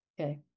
Okay